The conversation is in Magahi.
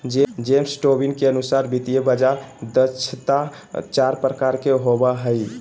जेम्स टोबीन के अनुसार वित्तीय बाजार दक्षता चार प्रकार के होवो हय